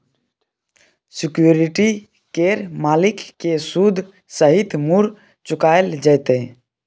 security केर मालिक केँ सुद सहित मुर चुकाएल जेतै